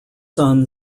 son